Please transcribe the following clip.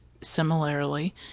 similarly